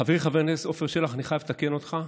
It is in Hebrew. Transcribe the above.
חברי חבר הכנסת עפר שלח, אני חייב לתקן אותך,